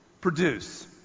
produce